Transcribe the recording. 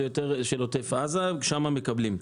זה יותר של עוטף עזה ושם מקבלים.